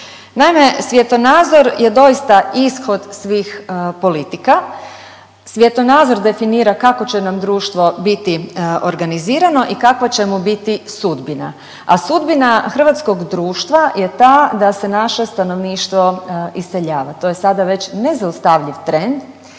Naime, svjetonazor je doista ishod svih politika, svjetonazor definira kako će nam društvo biti organizirano i kakva će mu biti sudbina, a sudbina hrvatskog društva je ta da se naše stanovništvo iseljava, to je sada već nezaustavljiv trend.